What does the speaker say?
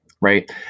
right